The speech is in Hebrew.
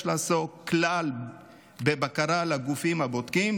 לעסוק כלל בבקרה על הגופים הבודקים,